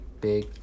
big